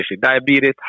diabetes